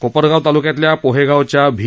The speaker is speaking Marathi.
कोपरगाव तालुक्यातल्या पोहेगावच्या भि